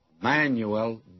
Manuel